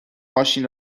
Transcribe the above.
ماشین